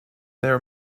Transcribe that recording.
their